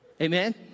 Amen